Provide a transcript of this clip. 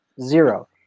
zero